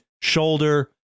shoulder